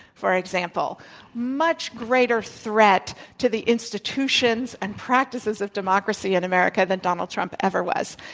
for example much greater threat to the institutions and practices of democracy in america than donald trump ever was.